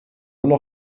immer